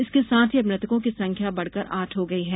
इसके साथ ही अब मृतकों की संख्या बढ़कर आठ हो गई है